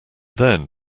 then